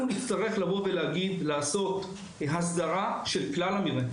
אנחנו נצטרך לבוא ולעשות הסדרה של כלל המדינה,